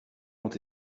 ont